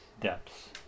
depths